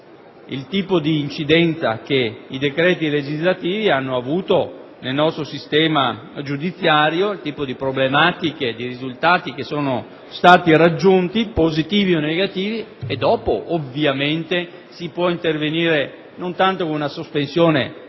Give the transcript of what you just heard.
il tipo di incidenza che i decreti legislativi hanno avuto nel nostro sistema giudiziario, le problematiche sollevate e i risultati raggiunti, positivi o negativi, dopo di chè si può intervenire, non tanto con una sospensione